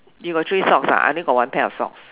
you got three socks I only got one pair of socks